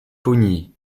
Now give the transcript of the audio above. pougny